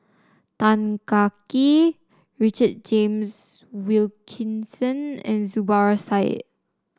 Tan Kah Kee Richard James Wilkinson and Zubir Said